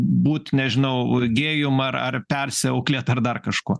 būt nežinau gėjum ar ar persiauklėt ar dar kažko